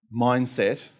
mindset